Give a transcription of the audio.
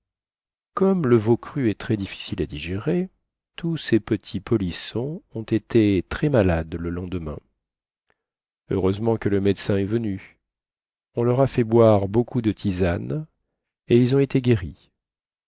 comme le veau cru est très difficile à digérer tous ces petits polissons ont été très malades le lendemain heureusement que le médecin est venu on leur a fait boire beaucoup de tisane et ils ont été guéris